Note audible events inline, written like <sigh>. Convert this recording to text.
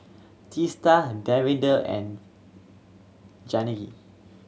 Teesta and Davinder and <unintelligible>